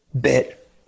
bit